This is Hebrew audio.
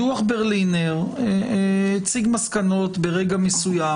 דוח ברלינר הציג מסקנות ברגע מסוים,